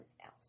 else